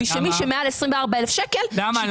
ושמי שמעל 24,000 שקלים --- למה?